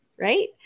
right